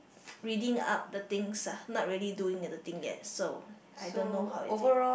reading up the things ah not really doing other thing yet so I don't know how is it